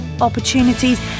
opportunities